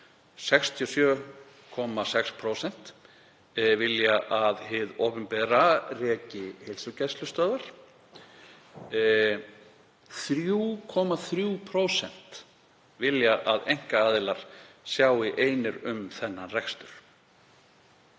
67,6%, vilja að hið opinbera reki heilsugæslustöðvar en 3,3% vilja að einkaaðilar sjái einir um þann rekstur.